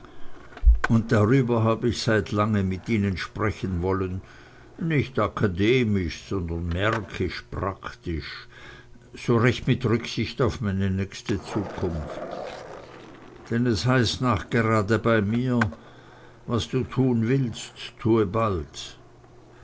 und darüber hab ich seit lange mit ihnen sprechen wollen nicht akademisch sondern märkisch praktisch so recht mit rücksicht auf meine nächste zukunft denn es heißt nachgrade bei mir was du tun willst tue bald